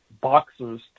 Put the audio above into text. boxers